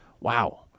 Wow